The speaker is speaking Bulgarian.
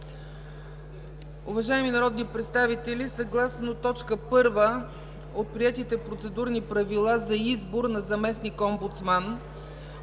Уважаеми народни представители, съгласно точка първа от приетите Процедурни правила за избор на заместник-омбудсман,